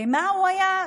במה הוא היה?